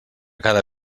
cada